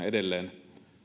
edelleen